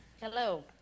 Hello